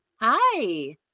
Hi